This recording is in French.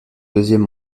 deuxième